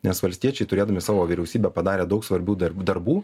nes valstiečiai turėdami savo vyriausybę padarė daug svarbių dar darbų